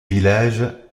village